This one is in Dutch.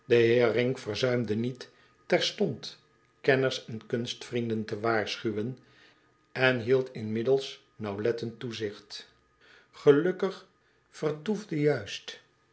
verzuimde niet terstond kenners en kunstvrienden te waarschuwen en hield inmiddels naauwlettend toezigt gelukkig vertoefde juist